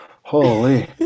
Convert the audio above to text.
Holy